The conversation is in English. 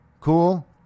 Cool